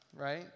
right